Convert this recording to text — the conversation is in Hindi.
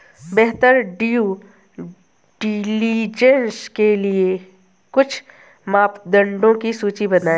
बेहतर ड्यू डिलिजेंस के लिए कुछ मापदंडों की सूची बनाएं?